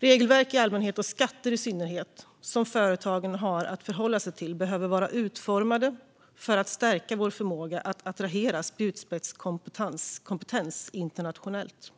Regelverk i allmänhet och skatter i synnerhet som företagen har att förhålla sig till behöver vara utformade för att stärka vår förmåga att attrahera spjutspetskompetens internationellt. Fru